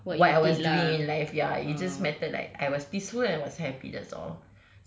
what I was doing in life ya it just mattered like I was peaceful and was happy that's all